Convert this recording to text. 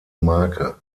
marke